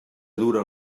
dura